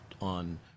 on